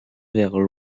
vers